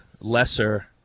lesser